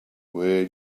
where